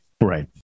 right